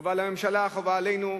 חובה על הממשלה, חובה עלינו,